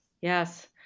yes